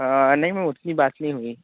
नहीं मैम उतनी बात नहीं हुई